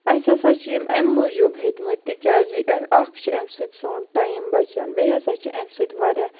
اَسہِ ہسا چھِ یِم اَمہِ موٗجوٗب ہٮ۪تمٕتۍ تِکیازِ امہِ اکھ چھُ اَمہِ سۭتۍ سون ٹایم بَچان بیٚیہِ ہسا چھِ اَمہِ سۭتۍ واریاہ